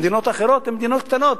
המדינות האחרות הן מדינות קטנות,